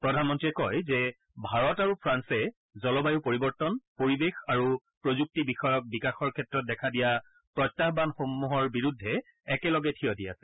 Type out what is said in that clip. প্ৰধানমন্ত্ৰীয়ে কয় যে ভাৰত আৰু ফ্ৰান্সে জলবায়ু পৰিৱৰ্তন পৰিৱেশ আৰু প্ৰযুক্তি বিষয়ক বিকাশৰ ক্ষেত্ৰত দেখা দিয়া প্ৰত্যাহানসমূহৰ বিৰুদ্ধে একেলগে থিয় দি আছে